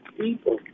people